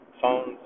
phones